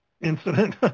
incident